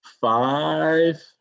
five